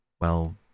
Well